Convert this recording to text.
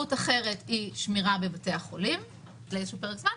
אפשרות אחרת היא שמירה בבתי החולים לאיזשהו פרק זמן,